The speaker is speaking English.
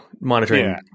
monitoring